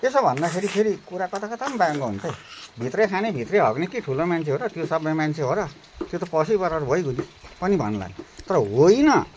त्यसो भन्दाखेरि फेरि कुरा कताकता पनि बाङ्गो हुन्छ है भित्रै खाने भित्रै हग्ने के ठुलो मान्छे हो र त्यो सभ्य मान्छे हो र त्यो त पशु बराबर भइगयो नि पनि भन्ला तर होइन